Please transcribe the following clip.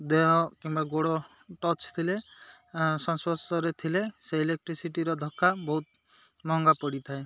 ଦେହ କିମ୍ବା ଗୋଡ଼ ଟଚ୍ ଥିଲେ ସଂସ୍ପର୍ଶରେ ଥିଲେ ସେ ଇଲେକ୍ଟ୍ରିସିଟିର ଧକ୍କା ବହୁତ ମହଙ୍ଗା ପଡ଼ିଥାଏ